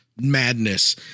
madness